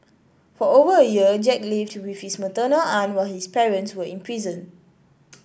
for over a year Jack lived with his maternal aunt while his parents were in prison